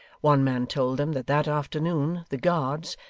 one man told them that that afternoon the guards,